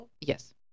yes